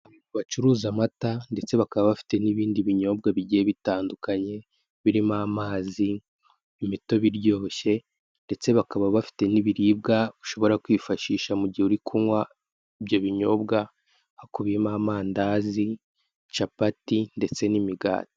Ahantu bacuruza amata ndetse bakaba bafite n'ibindi binyobwa bigiye bitandukanye, birimo: amazi, imitobe iryoshye; ndetse bakaba bafite n'ibiribwa ushobora kwifashisha mu gihe uri kunywa ibyo binyobwa, hakubiyemo: amandazi, capati, ndetse n'imikati.